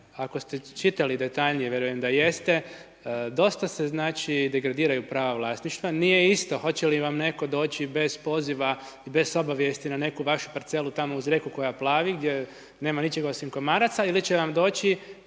ako ste čitali detaljnije, vjerujem da jeste, dosta se znači degradiraju prava vlasništva, nije isto hoće li vam netko doći bez poziva, bez obavijesti na neku vašu parcelu tamo uz rijeku koja plavi, gdje nema ničega osim komaraca ili će vam doći